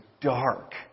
dark